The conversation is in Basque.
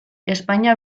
espainia